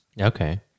Okay